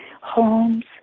homes